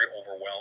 overwhelmed